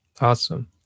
Awesome